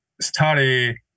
study